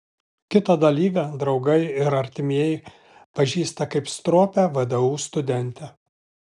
kitą dalyvę draugai ir artimieji pažįsta kaip stropią vdu studentę